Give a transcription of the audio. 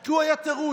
כי הוא היה תירוץ,